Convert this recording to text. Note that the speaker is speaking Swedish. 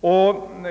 1968/69.